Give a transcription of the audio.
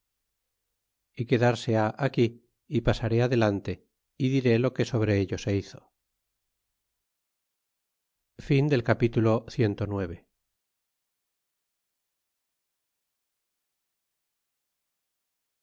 y se le tomase el armada y lo que sobre ello se hizo cap